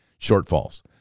shortfalls